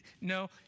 No